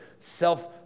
self-